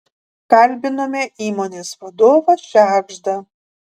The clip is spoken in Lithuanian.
kalbinome įmonės vadovą šegždą